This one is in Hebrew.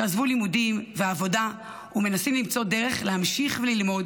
שעזבו לימודים ועבודה ומנסים למצוא דרך להמשיך ללמוד